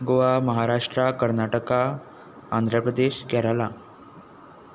Goa Maharashtra Karnataka Andhra Pradesh Kerala